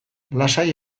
lasai